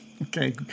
Okay